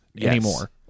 anymore